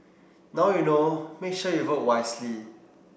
now you know make sure you vote wisely